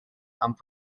amb